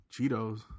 Cheetos